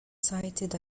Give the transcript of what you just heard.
cited